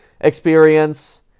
experience